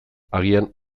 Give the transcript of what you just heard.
agian